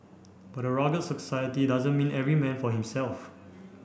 but a rugged society doesn't mean every man for himself